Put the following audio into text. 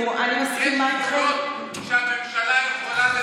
יש גבולות לכמה שהממשלה יכולה לזלזל בכנסת.